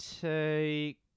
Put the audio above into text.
take